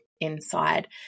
inside